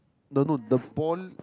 don't know the ball